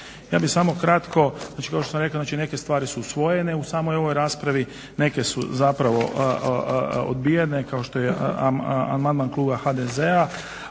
Ja bih samo kratko, znači kao što sam rekao neke stvari su usvojene u samoj ovoj raspravi, neke su zapravo odbijene kao što je amandman kluba HZD-a